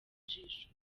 ijisho